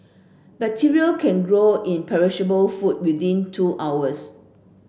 bacteria can grow in perishable food within two hours